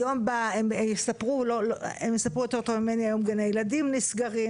והם יספרו טוב ממני על גני ילדים שנסגרים,